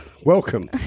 Welcome